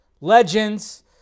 Legends